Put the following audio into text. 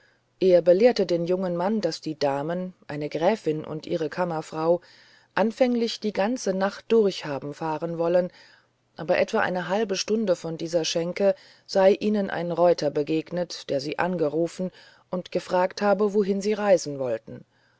er belehrte den jungen mann daß die damen eine gräfin und ihre kammerfrau anfänglich die ganze nacht durch haben fahren wollen aber etwa eine halbe stunde von dieser schenke sei ihnen ein reuter begegnet der sie angerufen und gefragt habe wohin sie reisen wollten